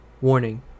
Warning